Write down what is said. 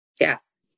Yes